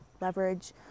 leverage